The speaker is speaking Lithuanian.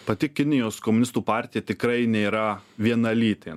pati kinijos komunistų partija tikrai nėra vienalytė